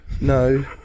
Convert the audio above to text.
No